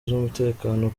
z’umutekano